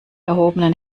erhobenen